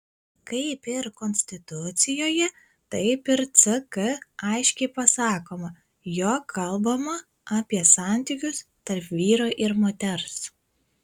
kaip ir konstitucijoje taip ir ck aiškiai pasakoma jog kalbama apie santykius tarp vyro ir moters